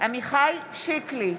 עמיחי שיקלי,